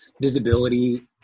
visibility